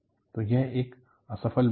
तो यह एक असफल मोड था